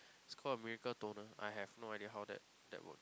is called a Miracle Toner I have no idea how that that work